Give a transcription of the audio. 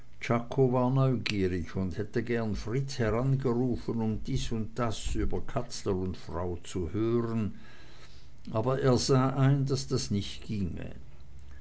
neugierig und hätte gern fritz herangerufen um dies und das über katzler und frau zu hören aber er sah ein daß das nicht ginge